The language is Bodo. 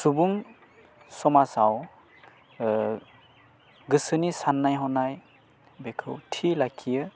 सुबुं समाजाव गोसोनि साननाय हनाय बेखौ थि लाखियो